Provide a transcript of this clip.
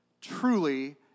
truly